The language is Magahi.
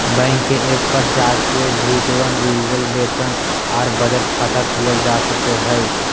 बैंक के एप्प पर जाके भी तुरंत डिजिटल वेतन आर बचत खाता खोलल जा सको हय